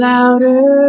Louder